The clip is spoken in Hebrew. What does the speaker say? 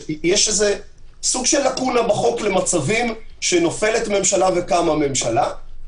יש סוג של לקונה בחוק למצבים שנופלת ממשלה וקמה ממשלה,